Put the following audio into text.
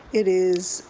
it is